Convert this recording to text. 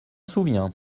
souviens